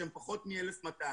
שהם פחות מ-1,200.